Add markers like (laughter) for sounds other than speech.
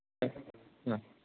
(unintelligible) ஆ